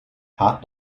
hot